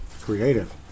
Creative